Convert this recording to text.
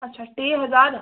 अच्छा टे हज़ार